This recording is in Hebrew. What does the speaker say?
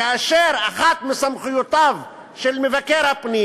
כאשר אחת מסמכויותיו של מבקר הפנים